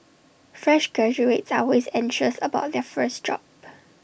fresh graduates are always anxious about their first job